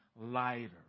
lighter